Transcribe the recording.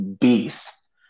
beast